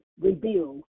reveal